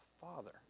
Father